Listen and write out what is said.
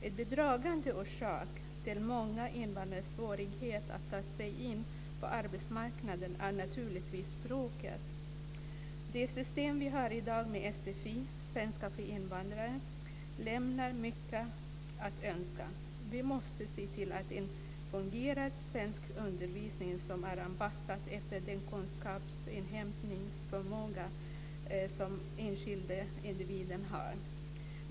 En bidragande orsak till många invandrares svårighet att ta sig in på arbetsmarknaden är naturligtvis språket. Det system vi har i dag med sfi, svenska för invandrare, lämnar mycket att önska. Vi måste se till att vi har en fungerande svenskundervisning som är anpassad efter den kunskapsinhämtningsförmåga som den enskilde individen har.